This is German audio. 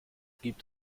gibt